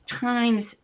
times